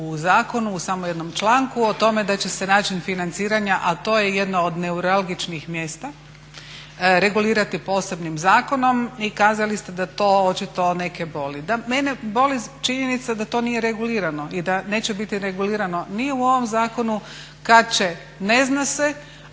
u zakonu, u samo jednom članku, o tome da će se način financiranja, a to je jedno od neuroalgičnih mjesta, regulirati posebnim zakonom. I kazali ste da to očito neke boli. Mene boli činjenica da to nije regulirano i da neće biti regulirano ni u ovom zakonu. Kad će? Ne zna se.